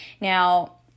now